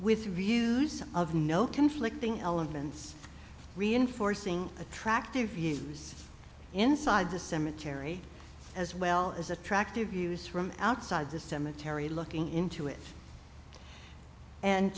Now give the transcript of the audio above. with views of no conflicting elements reinforcing attractive views inside the cemetery as well as attractive views from outside the cemetery looking into it and